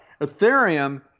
Ethereum